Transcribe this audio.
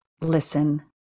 listen